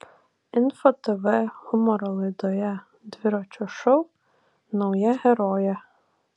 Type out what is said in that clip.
info tv humoro laidoje dviračio šou nauja herojė